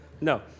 No